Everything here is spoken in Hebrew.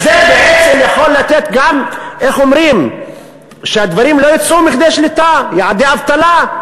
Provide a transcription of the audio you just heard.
זה בעצם יכול לתת גם שהדברים לא יצאו מכדי שליטה: יעדי אבטלה,